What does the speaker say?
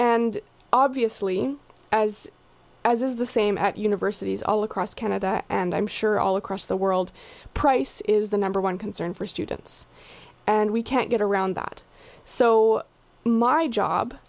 and obviously as as is the same at universities all across canada and i'm sure all across the world price is the number one concern for students and we can't get around that so m